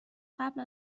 قبل